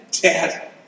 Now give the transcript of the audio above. Dad